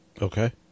Okay